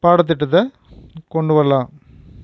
பாடத்திட்டத்தை கொண்டு வரலாம்